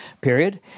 period